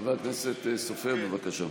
חבר הכנסת סופר, בבקשה.